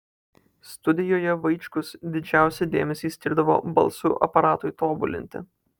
studijoje vaičkus didžiausią dėmesį skirdavo balso aparatui tobulinti